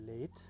late